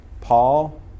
Paul